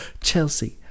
Chelsea